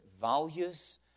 values